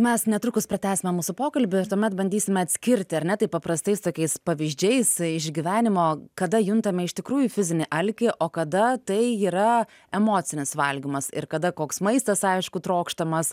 mes netrukus pratęsime mūsų pokalbį tuomet bandysime atskirti ar ne taip paprastais tokiais pavyzdžiais iš gyvenimo kada juntame iš tikrųjų fizinį alkį o kada tai yra emocinis valgymas ir kada koks maistas aišku trokštamas